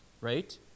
right